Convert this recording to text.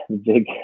big